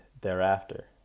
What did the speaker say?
thereafter